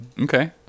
Okay